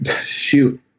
Shoot